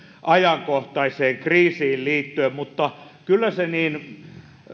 ajankohtaiseen kriisiin liittyen mutta kyllä se niin